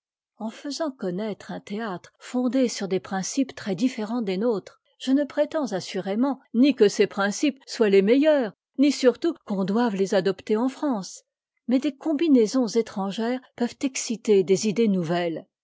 en faisant connaître un théâtre fondé sur des principes très différents des nôtres je ne prétends assurément ni que ces principes soient les meitleurs ni surtout qu'on doive les adopter en france mais des combinaisons étrangères peuvent exciter des idées nouvelles